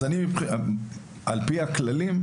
על פי הכללים,